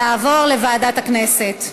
תעבור לוועדת הכנסת.